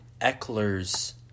Eckler's